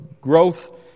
growth